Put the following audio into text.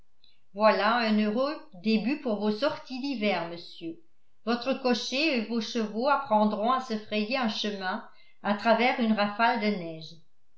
voilà un heureux début pour vos sorties d'hiver monsieur votre cocher et vos chevaux apprendront à se frayer un chemin à travers une rafale de neige